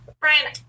brian